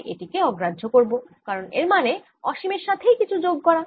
তাই এটি কে অগ্রাহ্য করব কারণ এর মানে অসীমের সাথে কিছু যোগ করা